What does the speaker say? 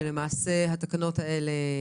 שלמעשה התקנות האלה